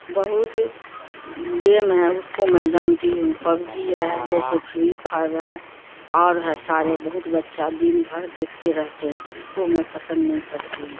بہت گیم ہے اس کو میں جانتی ہوں پبجی ہے جیسے پھری پھائیو ہے اور ہے سارے بہت بچہ دن بھر دیکھتے رہتے ہیں اس کو میں پسند نہیں کرتی ہوں